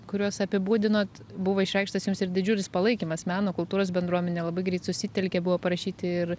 kuriuos apibūdinot buvo išreikštas jums ir didžiulis palaikymas meno kultūros bendruomenė labai greit susitelkė buvo parašyti ir